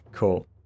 Cool